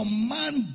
command